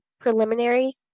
preliminary